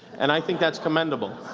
and i think it's commendable.